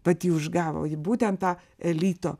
vat ji užgavo ji būtent tą elito